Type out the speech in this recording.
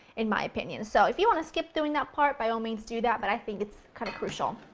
in my opinion. so if you want to skip doing that part, by all means, do that, but i think that it's kind of crucial.